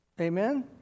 Amen